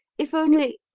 if only